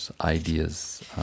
ideas